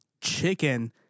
chicken